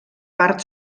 part